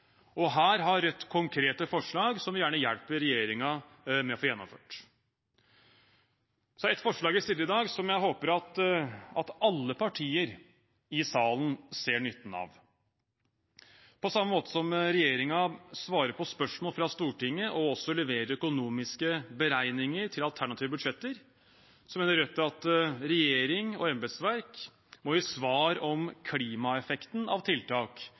Her har Rødt konkrete forslag som vi gjerne hjelper regjeringen med å få gjennomført. Så er det et forslag som vi fremmer i dag, som jeg håper alle partier i salen ser nytten av. På samme måte som regjeringen svarer på spørsmål fra Stortinget og også leverer økonomiske beregninger til alternative budsjetter, mener Rødt at regjering og embetsverk må gi svar om klimaeffekten av tiltak